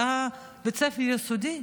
בית ספר יסודי,